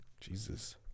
Jesus